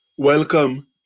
Welcome